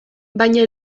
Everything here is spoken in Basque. baina